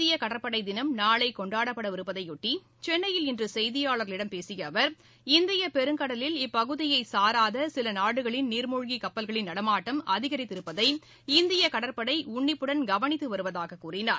இந்திய கடற்படை தினம் நாளை கொண்டாடப்பட இருப்பதையொட்டி சென்னையில் இன்று செய்தியாளர்களிடம் பேசிய அவர் இந்திய பெருங்கடலில் இப்பகுதியை சாராத சில நாடுகளின் நீர்மூழ்கி கப்பல்களின் நடமாட்டம் அதிகரித்திருப்பதை இந்திய கடற்படை உன்னிப்புடன் கவனித்து வருவதாக கூறினார்